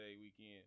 weekend